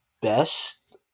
best